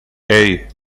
hey